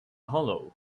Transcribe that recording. hollow